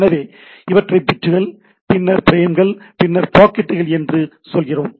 எனவே இவற்றை பிட்டுகள் பின்னர் ஃபிரேம்கள் பின்னர் பாக்கெட்டுகள் என்று சொல்கிறோம்